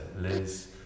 Liz